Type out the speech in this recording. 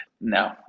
No